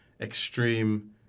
extreme